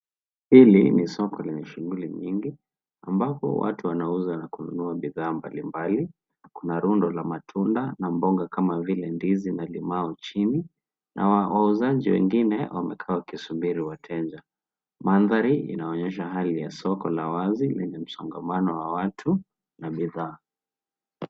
Hili ni soko lenye shughuli nyingi ambapo watu wanauza na kununua bidhaa mbali mbali na kuna rundo la matunda na mboga kama vile ndizi na limau chini n ma wauzaji wengine wamekaa wakisubiri wateja. Mandhari yanaonyesha hali ya soko la wazi lenye msongamano wa watu na bidhaa.